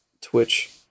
Twitch